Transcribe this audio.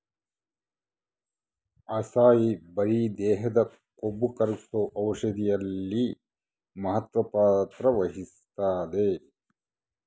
acai berry ದೇಹದ ಕೊಬ್ಬುಕರಗ್ಸೋ ಔಷಧಿಯಲ್ಲಿ ಮಹತ್ವದ ಪಾತ್ರ ವಹಿಸ್ತಾದ